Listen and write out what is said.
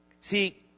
See